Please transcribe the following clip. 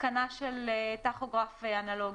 התקנה של טכוגרף אנלוגי?